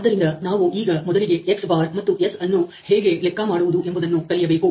ಆದ್ದರಿಂದ ನಾವು ಈಗ ಮೊದಲಿಗೆ X ಬಾರ್ ಮತ್ತು S ಅನ್ನು ಹೇಗೆ ಲೆಕ್ಕ ಮಾಡುವುದು ಎಂಬುದನ್ನು ಕಲಿಯಬೇಕು